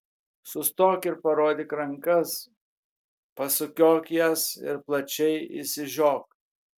sustok ir parodyk rankas pasukiok jas ir plačiai išsižiok